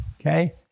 Okay